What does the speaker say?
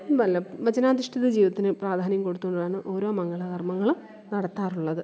വല്ല വചനാധിഷ്ഠിത ജീവിതത്തിന് പ്രാധാന്യം കൊടുത്തുകൊണ്ടാണ് ഓരോ മംഗളകര്മ്മങ്ങളും നടത്താറുള്ളത്